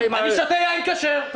אני שותה יין כשר.